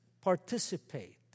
participate